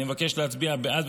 אני מבקש להצביע בעד,